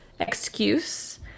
excuse